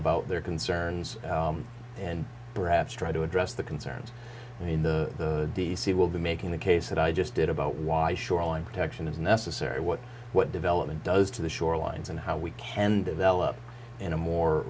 about their concerns and perhaps try to address the concerns and in the d c will be making the case that i just did about why shoreline protection is necessary what what development does to the shorelines and how we can develop in a more